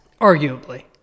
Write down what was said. Arguably